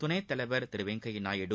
துணைத்தலைவர் திரு வெங்கையா நாயுடு